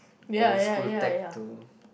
old school tech to